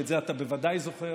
ואת זה אתה בוודאי זוכר,